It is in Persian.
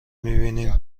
میبینیم